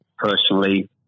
personally